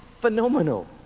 phenomenal